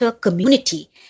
community